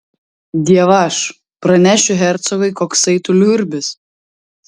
dievaž pranešiu hercogui koksai tu liurbis